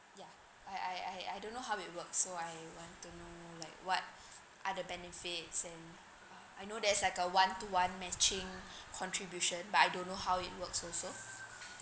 ya I I I I don't know how it works so I want to know like what are the benefits and I know there's like a one to one matching contribution but I don't know how it works also